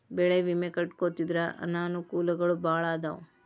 ಬೆಳೆ ವಿಮಾ ಕಟ್ಟ್ಕೊಂತಿದ್ರ ಅನಕೂಲಗಳು ಬಾಳ ಅದಾವ